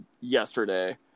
yesterday